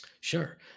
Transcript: Sure